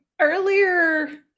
earlier